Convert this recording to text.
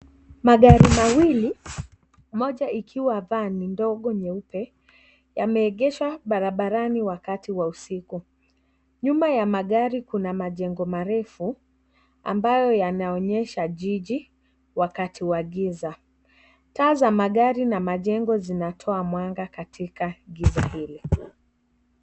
Magari mawili, moja ikiwa vani ndogo nyeupe, yameegeshwa barabarani wakati wa usiku. Nyuma ya magari kuna majngo marefu ambayo yanaonyesha jiji wakati wa giza. Taa za magari na majengo zinatoa mwanga katika giza hili.